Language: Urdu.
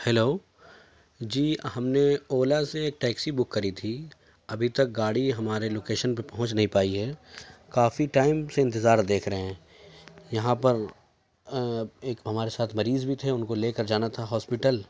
ہیلو جی ہم نے اولا سے ایک ٹیکسی بک کری تھی ابھی تک گاڑی ہمارے لوکیشن پہ پہنچ نہیں پائی ہے کافی ٹائم سے انتظار دیکھ رہے ہیں یہاں پر ایک ہمارے ساتھ مریض بھی تھے ان کو لے کر جانا تھا ہاسپیٹل